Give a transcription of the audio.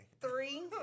Three